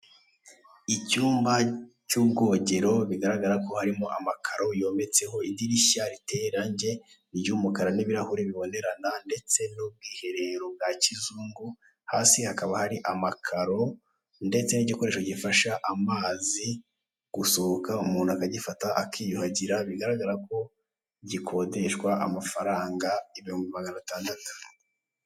Icyumba cy'ubwogero, bigaragara ko harimo amakaro yometseho, idirishya riteye irangi ry'umukara n'ibirahuri bibonerana ndetse n'ubwiherero bwa kizungu, hasi hakaba hari amakaro ndetse n'igikoresho gifasha amazi gusohoka umuntu akagifata akiyuhagira, bigaragara ko gikodeshwa amafaranga ibihumbi magana atandatu.